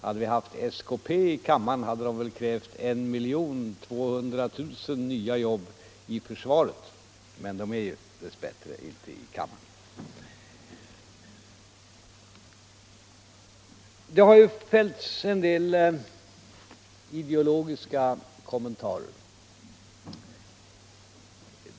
Hade vi haft skp i kammaren hade det väl krävt I 200 000 nya jobb — i försvaret. Men det partiet är dess bättre inte i kammaren. Det har fällts en del ideologiska kommentarer.